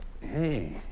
Hey